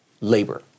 labor